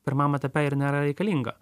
pirmam etape ir nėra reikalinga